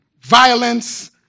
violence